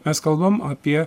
mes kalbam apie